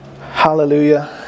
Hallelujah